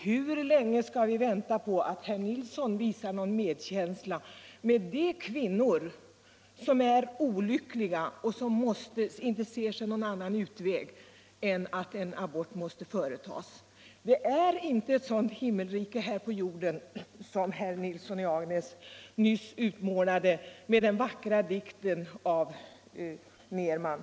Hur länge skall vi vänta på att herr Nilsson visar någon medkänsla med de kvinnor som är olyckliga och som inte ser sig någon annan utväg än att låta utföra abort? Jorden är inte ett sådant himmelrike som herr Nilsson i Agnäs nyss utmålade genom den vackra dikten av Ture Nerman.